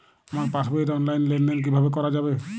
আমার পাসবই র অনলাইন লেনদেন কিভাবে করা যাবে?